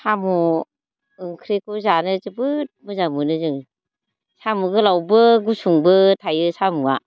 साम' ओंख्रिखौ जानो जोबोद मोजां मोनो जों साम' गोलावबो गुसुंबो थायो साम'आ